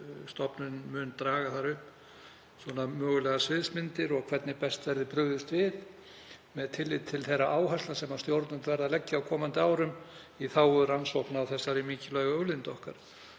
Stofnunin mun draga þar upp mögulegar sviðsmyndir og hvernig best verði brugðist við með tilliti til þeirra áherslna sem stjórnvöld verða að leggja á komandi árum í þágu rannsókna á þessari mikilvægu auðlind okkar.